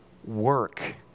Work